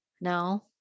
No